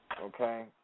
Okay